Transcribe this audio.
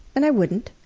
and i wouldn't.